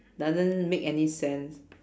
doesn't make any sense